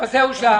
לא את זה הוא שאל.